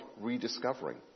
rediscovering